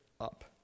up